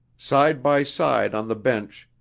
side by side on the bench,